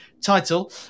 title